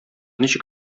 ничек